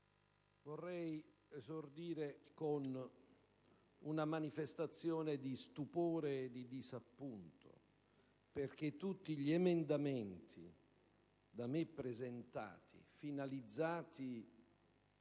vorrei esordire con una manifestazione di stupore e di disappunto perché tutti gli emendamenti da me presentati, finalizzati